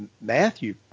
Matthew